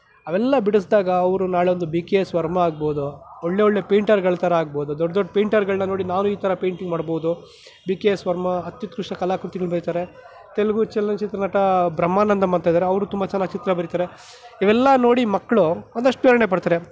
ಅವೆಲ್ಲ ಬಿಡಿಸಿದಾಗ ಅವರು ನಾಳೆ ಒಂದು ಬಿ ಕೆ ಎಸ್ ವರ್ಮಾ ಆಗ್ಬೋದು ಒಳ್ಳೊಳ್ಳೆ ಪೆಂಟರ್ಗಳ ಥರ ಆಗ್ಬೋದು ದೊಡ್ಡ ದೊಡ್ಡ ಪೆಂಟರ್ಗಳನ್ನ ನೋಡಿ ನಾವು ಈ ಥರ ಪೇಂಟಿಂಗ್ ಮಾಡ್ಬೋದು ಬಿ ಕೆ ಎಸ್ ವರ್ಮಾ ಕಲಾಕೃತಿಗಳು ಬರೀತಾರೆ ತೆಲುಗು ಚಲನಚಿತ್ರ ನಟ ಬ್ರಹ್ಮನಂದ ಅವರು ತುಂಬ ಚೆಂದ ಚಿತ್ರ ಬರೀತಾರೆ ಇವೆಲ್ಲ ನೋಡಿ ಮಕ್ಕಳು ಒಂದಷ್ಟು ಪ್ರೇರಣೆ ಪಡ್ತಾರೆ